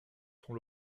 son